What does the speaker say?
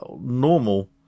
normal